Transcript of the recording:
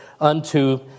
unto